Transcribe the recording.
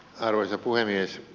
arvoisa puhemies